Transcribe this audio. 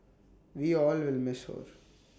we'll all will miss her